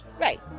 Right